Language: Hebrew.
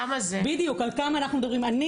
כמה זה?